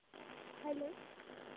hello